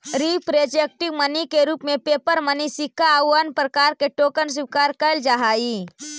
representative money के रूप में पेपर मनी सिक्का आउ अन्य प्रकार के टोकन स्वीकार कैल जा हई